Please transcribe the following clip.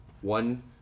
One